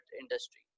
industry